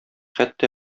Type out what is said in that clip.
хәтта